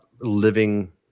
living